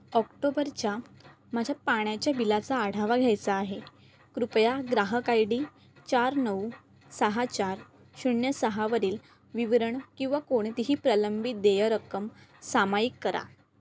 ऑक्टोबरच्या माझ्या पाण्याच्या बिलाचा आढावा घ्यायचा आहे कृपया ग्राहक आय डी चार नऊ सहा चार शून्य सहावरील विवरण किंवा कोणतीही प्रलंबित देय रक्कम सामायिक करा